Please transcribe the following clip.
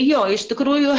jo iš tikrųjų